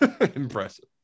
Impressive